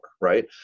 Right